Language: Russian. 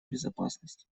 безопасность